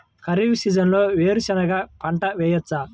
ఖరీఫ్ సీజన్లో వేరు శెనగ పంట వేయచ్చా?